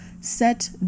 Set